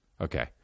Okay